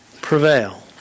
prevail